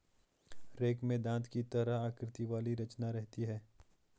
rake में दाँत की तरह आकृति वाली रचना रहती है